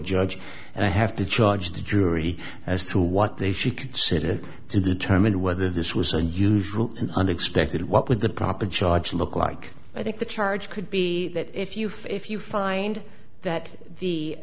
judge and i have to charge the jury as to what they should consider to determine whether this was the usual and unexpected what with the proper charge look like i think the charge could be that if you fail if you find that the